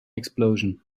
explosion